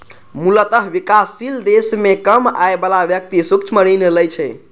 मूलतः विकासशील देश मे कम आय बला व्यक्ति सूक्ष्म ऋण लै छै